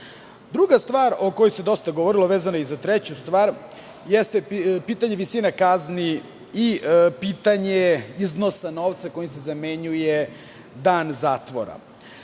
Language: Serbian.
stvar o kojoj se dosta govorilo, a vezana je i za treću stvar, jeste pitanje visine kazni i pitanje iznosa novca kojim se zamenjuje dan zatvora.